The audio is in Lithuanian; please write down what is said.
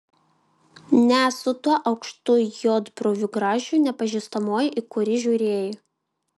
ne su tuo aukštu juodbruviu gražiu nepažįstamuoju į kurį žiūrėjai